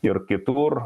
ir kitur